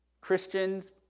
Christians